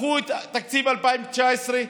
לקחו את תקציב 2019,